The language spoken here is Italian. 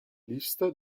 lista